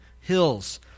hills